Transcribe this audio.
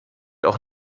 auch